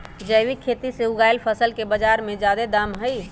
जैविक खेती से उगायल फसल के बाजार में जादे दाम हई